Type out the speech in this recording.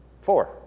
four